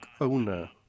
owner